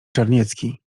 czarniecki